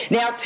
Now